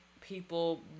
people